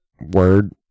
Word